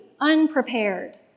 unprepared